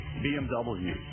BMW